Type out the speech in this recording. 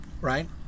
right